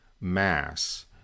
Mass